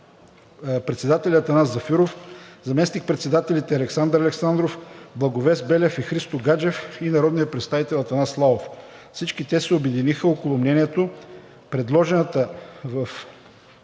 председателят Атанас Зафиров, заместник-председателите Александър Александров, Благовест Белев и Христо Гаджев и народният представител Атанас Славов. Всички те се обединиха около мнението предложението в